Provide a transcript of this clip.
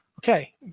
Okay